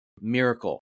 miracle